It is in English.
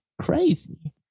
crazy